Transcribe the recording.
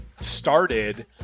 started